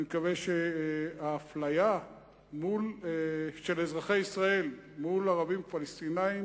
אני מקווה שהאפליה של אזרחי ישראל מול ערבים פלסטינים